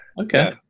Okay